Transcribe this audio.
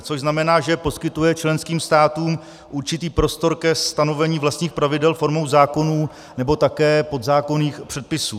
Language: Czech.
Což znamená, že poskytuje členským státům určitý prostor ke stanovení vlastních pravidel formou zákonů nebo také podzákonných předpisů.